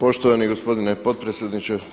Poštovani gospodine potpredsjedniče.